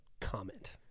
comment